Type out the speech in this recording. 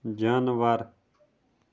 جانوَر